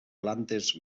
plantes